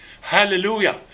Hallelujah